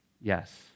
Yes